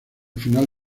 final